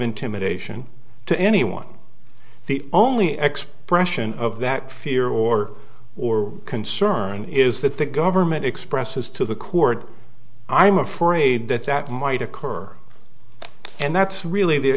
intimidation to anyone the only expression of that fear or or concern is that the government expresses to the court i'm afraid that that might occur and that's really the